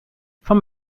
from